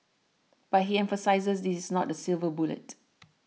but he emphasises this is not a silver bullet